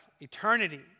eternity